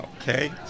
Okay